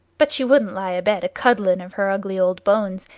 but she wouldn't lie abed a-cuddlin' of her ugly old bones,